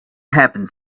happened